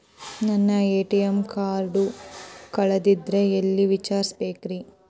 ನನ್ನ ATM card ಕಳದದ್ರಿ ಎಲ್ಲಿ ವಿಚಾರಿಸ್ಬೇಕ್ರಿ?